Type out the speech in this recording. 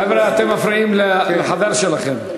חבר'ה, אתם מפריעים לחבר שלכם.